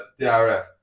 DRF